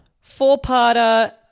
Four-parter